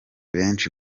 benshi